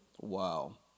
wow